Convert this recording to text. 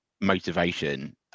motivation